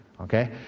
okay